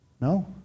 No